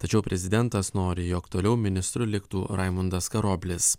tačiau prezidentas nori jog toliau ministru liktų raimundas karoblis